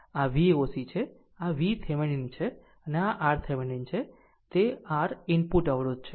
આ આ Voc છે તે VThevenin છે અને આ RThevenin છે તે R ઇનપુટ અવરોધ છે